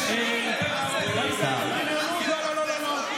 לא, לא.